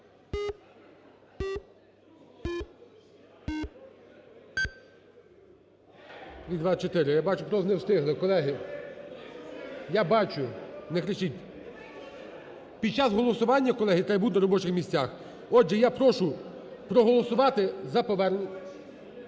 За-224 Я бачу, просто не встигли. Колеги, я бачу, не кричіть. Під час голосування, колеги, треба бути на робочих місцях. Отже, я прошу проголосувати за повернення…